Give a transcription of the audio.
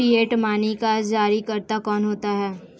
Fiat money का जारीकर्ता कौन होता है?